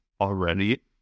already